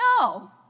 no